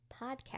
podcast